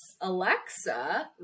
Alexa